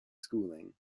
schooling